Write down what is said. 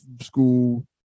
school